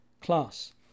class